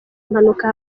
impanuka